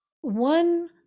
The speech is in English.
one